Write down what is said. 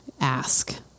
ask